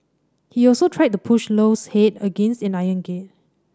he also tried to push Low's head against an iron gate